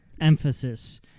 emphasis